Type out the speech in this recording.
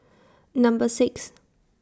Number six